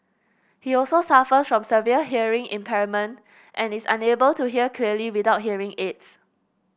he also suffers from severe hearing impairment and is unable to hear clearly without hearing aids